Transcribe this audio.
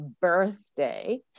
birthday